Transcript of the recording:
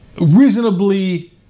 Reasonably